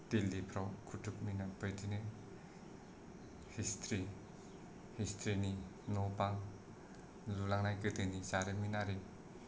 दिल्लीफ्राव कुतुब मिनार बायदिनो history history नि न' बां लुलांनाय गोदोनि जारिमिनारि